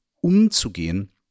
umzugehen